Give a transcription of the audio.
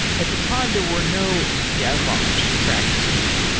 at the time, there were no dev ops practices.